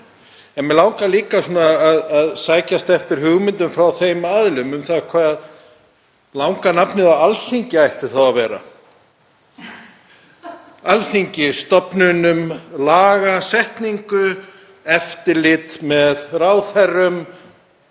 En mig langar líka að sækjast eftir hugmyndum frá þeim aðilum um það hvert langa nafnið á Alþingi ætti þá að vera. Alþingi, stofnun um lagasetningu og eftirlit með ráðherrum,